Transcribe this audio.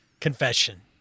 Confession